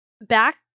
back